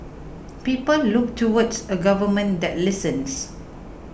people look towards a government that listens